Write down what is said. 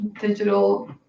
digital